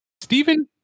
Stephen